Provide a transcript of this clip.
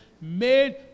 made